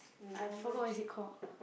I forgot what is it called